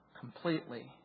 completely